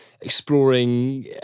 exploring